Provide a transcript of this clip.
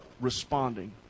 responding